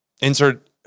insert